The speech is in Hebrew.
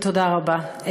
תודה רבה.